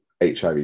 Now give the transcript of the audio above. HIV